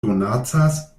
donacas